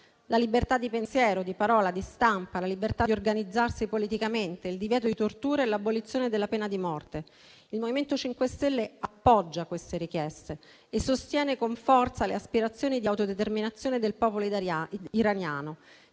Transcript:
la libertà di pensiero, di parola e di stampa, la libertà di organizzarsi politicamente, il divieto di torture e l'abolizione della pena di morte. Il MoVimento 5 Stelle appoggia queste richieste e sostiene con forza le aspirazioni di autodeterminazione del popolo iraniano,